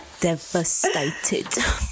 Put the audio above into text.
Devastated